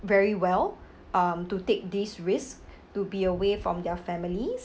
very well um to take this risk to be away from their families